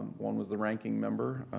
one was the ranking member,